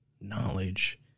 knowledge